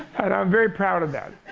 and i'm very proud of that.